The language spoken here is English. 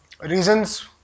reasons